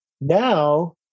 Now